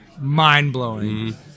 mind-blowing